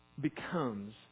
becomes